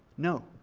no.